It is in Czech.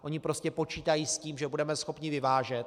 Ony prostě počítají s tím, že budeme schopni vyvážet.